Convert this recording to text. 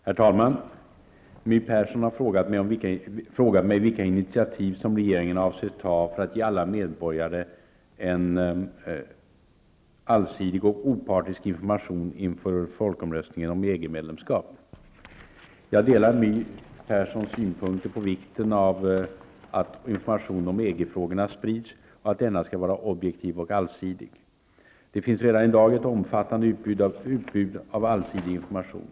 Herr talman! My Persson har frågat mig vilka initiativ som regeringen avser ta för att ge alla medborgare en allsidig och opartisk information inför folkomröstningen om EG-medlemskap. Jag instämmer i My Perssons synpunkter om vikten av att information om EG-frågorna sprids och att denna skall vara objektiv och allsidig. Det finns redan i dag ett omfattande utbud av allsidig information.